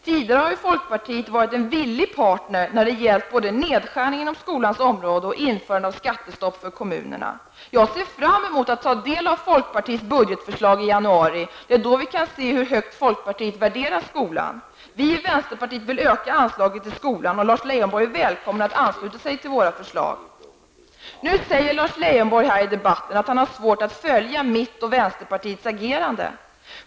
Tidigare har ju folkpartiet varit en villig partner både när det gällt nedskärning inom skolans område och införande av skattestopp för kommunerna. Jag ser fram emot att få ta del av folkpartiets budgetförslag i januari. Det är då vi kan se hur högt folkpartiet värderar skolan. Vi i vänsterpartiet vill öka anslaget till skolan. Lars Leijonborg är välkommen att ansluta sig till våra förslag. Nu säger Lars Leijonborg att han har svårt att följa mitt och vänsterpartiets agerande.